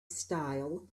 style